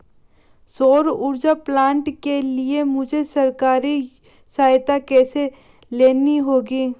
सौर ऊर्जा प्लांट के लिए मुझे सरकारी सहायता कैसे लेनी होगी?